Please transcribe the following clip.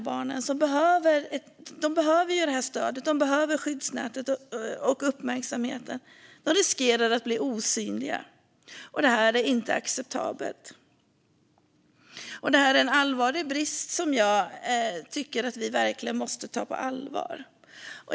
Barnen behöver stödet, skyddsnätet och uppmärksamheten. Utan det riskerar de att bli osynliga. Det är inte acceptabelt. Det här är en allvarlig brist, som vi verkligen måste ta på allvar.